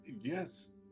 yes